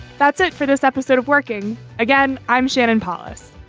that's it for this episode of working again. i'm shannon palis.